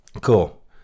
cool